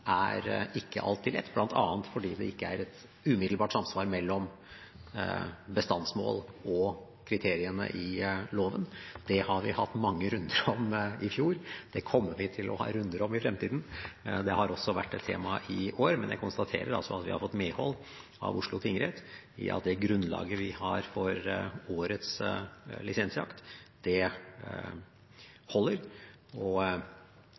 er ikke alltid lett, bl.a. fordi det ikke er et umiddelbart samsvar mellom bestandsmål og kriteriene i loven. Det har vi hatt mange runder om i fjor, og det kommer vi til å ha runder om i fremtiden. Det har også vært et tema i år, men jeg konstaterer altså at vi har fått medhold av Oslo tingrett i at det grunnlaget vi har for årets lisensjakt,